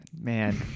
Man